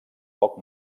poc